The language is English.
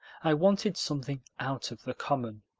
i wanted something out of the common.